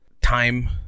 time